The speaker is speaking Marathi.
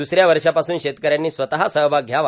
द्रसऱ्या वर्षापासून शेतकऱ्यांनी स्वतः सहभाग ध्यावा